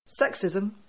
Sexism